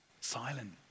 silent